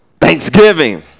thanksgiving